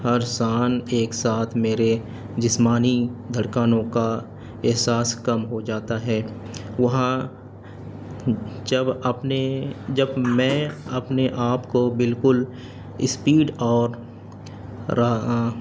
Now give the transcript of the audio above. ہر سانس ایک ساتھ میرے جسمانی دھڑکنوں کا احساس کم ہو جاتا ہے وہاں جب اپنے جب میں اپنے آپ کو بالکل اسپیڈ اور